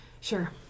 sure